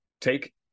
Take